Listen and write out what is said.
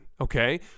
okay